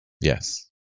Yes